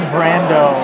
Brando